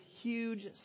huge